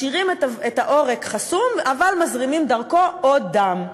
משאירים את העורק חסום אבל מזרימים דרכו עוד דם.